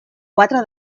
quatre